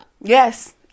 Yes